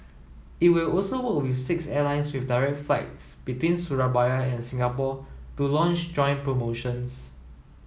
it will also work with six airlines with direct flights between Surabaya and Singapore to launch joint promotions